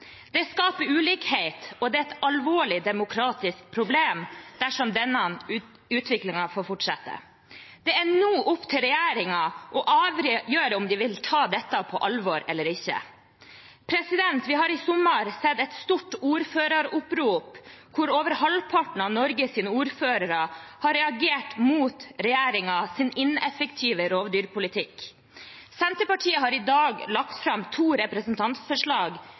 Det skaper ulikhet, og det er et alvorlig demokratisk problem dersom denne utviklingen får fortsette. Det er nå opp til regjeringen å avgjøre om de vil ta dette på alvor eller ikke. Vi har i sommer sett et stort ordføreropprop hvor over halvparten av Norges ordførere har reagert mot regjeringens ineffektive rovdyrpolitikk. Senterpartiet har i dag lagt fram to representantforslag